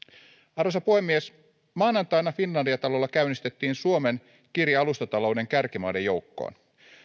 arvoisa puhemies maanantaina finlandia talolla käynnistettiin suomen kiri alustatalouden kärkimaiden joukkoon